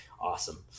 awesome